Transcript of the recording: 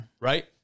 Right